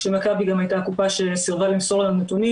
כשמכבי גם הייתה הקופה שסירבה למסור לנו נתונים